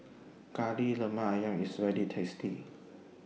Kari Lemak Ayam IS very tasty